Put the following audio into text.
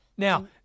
Now